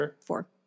four